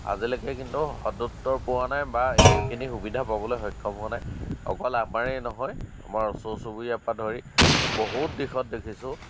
আজিলেকে কিন্তু সুদোত্তৰ পোৱা নাই বা এইখিনি সুবিধা পাবলৈ সক্ষম হোৱা নাই অকল আমাৰেই নহয় আমাৰ ওচৰ চুবুৰীয়া পৰা ধৰি বহুত দিশত দেখিছোঁ